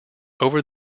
over